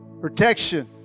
protection